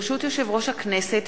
ברשות יושב-ראש הכנסת,